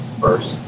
first